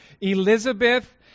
Elizabeth